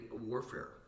warfare